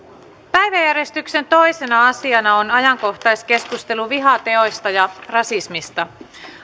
päiväjärjestyksen toisena asiana on ajankohtaiskeskustelu vihateoista ja rasismista